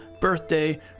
birthday